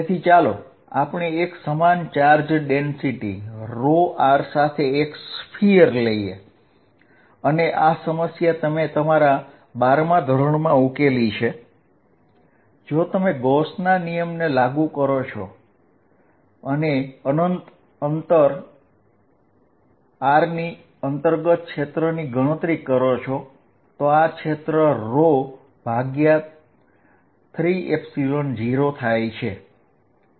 તેથી ચાલો આપણે એક સમાન ચાર્જ ડેન્સિટી સાથે એક ગોળો લઈએ અને આ સમસ્યા તમે તમારા 12 માં ધોરણમાં ઉકેલી છે જો તમે ગૌસના નિયમને લાગુ કરો છો અને અંતર r ની અંતર્ગત ક્ષેત્રની ગણતરી કરો તો આ ક્ષેત્ર r3 0 થાય છે